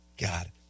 God